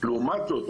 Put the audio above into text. לעומת זאת,